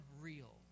real